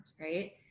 right